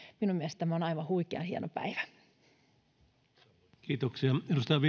minun mielestäni tämä on aivan huikean hieno päivä